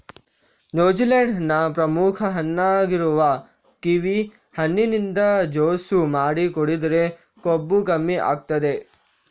New Zealand ನ ಪ್ರಮುಖ ಹಣ್ಣಾಗಿರುವ ಕಿವಿ ಹಣ್ಣಿನಿಂದ ಜ್ಯೂಸು ಮಾಡಿ ಕುಡಿದ್ರೆ ಕೊಬ್ಬು ಕಮ್ಮಿ ಆಗ್ತದೆ